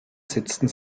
setzten